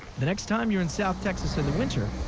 the next time you're in south texas in the winter,